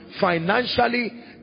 financially